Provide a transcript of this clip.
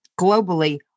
globally